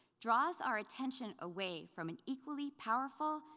draws our attention away from an equally powerful,